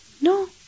No